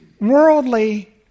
worldly